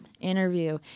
interview